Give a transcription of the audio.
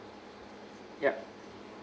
yup